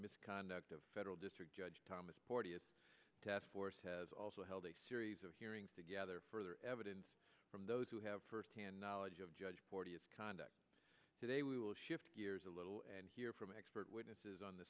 misconduct of federal district judge thomas porteous task force has also held a series of hearings to gather further evidence from those who have firsthand knowledge of judge porteous conduct today we will shift gears a little and hear from expert witnesses on the